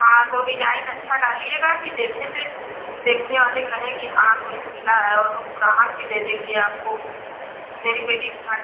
हाँ तो डिजाइन अच्छा डालिएगा कि देखें फिर देखने वाले कहें कि हाँ कोई सिला है और हम ग्राहक भी दे देंगे आपको मेरी बेटी की शादी